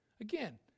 Again